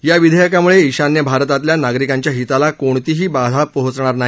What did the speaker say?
या विधेयकामुळे ईशान्य भारतातल्या नागरिकांच्या हिताला कोणतीही बाधा पोचणार नाही